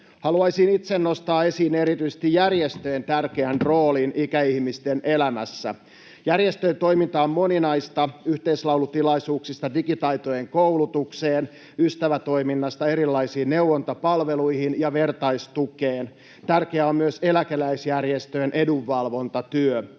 Haluaisin itse nostaa esiin erityisesti järjestöjen tärkeän roolin ikäihmisten elämässä. Järjestöjen toiminta on moninaista: yhteislaulutilaisuuksista digitaitojen koulutukseen, ystävätoiminnasta erilaisiin neuvontapalveluihin ja vertaistukeen. Tärkeää on myös eläkeläisjärjestöjen edunvalvontatyö.